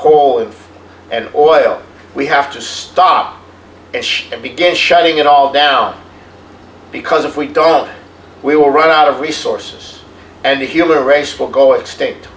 coal and oil we have to stop and began shutting it all down because if we don't we will run out of resources and the human race will go extinct